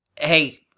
hey